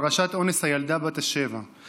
בפרשת אונס הילדה בת השבע,